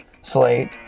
Slate